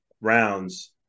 rounds